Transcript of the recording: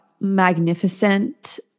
magnificent